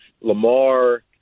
Lamar